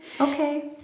Okay